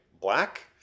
Black